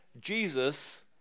Jesus